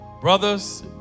brothers